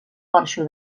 porxo